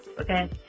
Okay